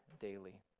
daily